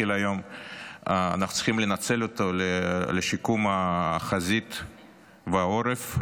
ואנחנו צריכים לנצל כל שקל היום לשיקום החזית והעורף,